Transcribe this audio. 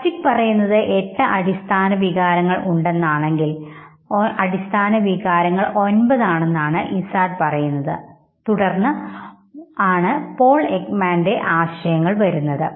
Plutchik പറയുന്നത് എട്ട് അടിസ്ഥാന വികാരങ്ങൾ ഉണ്ടെന്നാണ് അടിസ്ഥാന വികാരങ്ങൾ ഒൻപത് എന്നാണ് ആണ് ഇസാർഡ് പറയുന്നത് തുടർന്ന് പോൾ എക്മാന്റെ ആശയങ്ങൾ വരുന്നത്